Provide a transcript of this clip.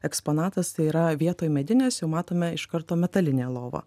eksponatastai yra vietoj medinės jau matome iš karto metalinę lovą